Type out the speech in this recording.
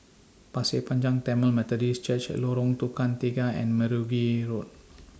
Pasir Panjang Tamil Methodist Church Lorong Tukang Tiga and Mergui Road